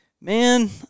Man